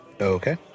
Okay